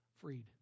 Freed